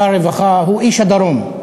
הרווחה, הוא איש הדרום.